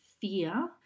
fear